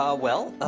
ah well,